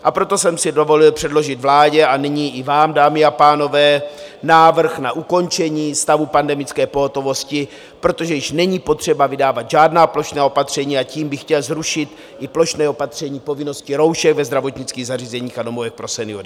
A proto jsem si dovolil předložit vládě a nyní i vám, dámy a pánové, návrh na ukončení stavu pandemické pohotovosti, protože již není potřeba vydávat žádná plošná opatření, a tím bych chtěl zrušit i plošné opatření povinnosti roušek ve zdravotnických zařízeních a domovech pro seniory.